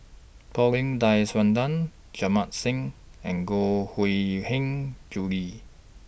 Paulin Tay Straughan Jamit Singh and Koh Hui Hiang Julie